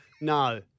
no